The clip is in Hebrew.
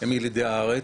הם ילידי הארץ.